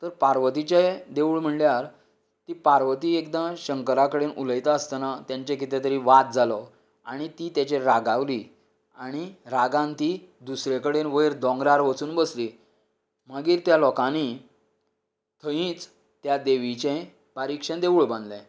तर पार्वतीचे देवूळ म्हळ्यार पार्वती एकदां शंकरा कडेन उलयता आसतना तेंचे कितें तरी वाद जालो आनी ती तेचेर रागावली आनी तेन्ना रागान ती दुसरें कडेन दोंगरार वयर वचून बसली मागीर त्या लोकांनी थंयच त्या देवीचे बारीकशें देवूळ बांदले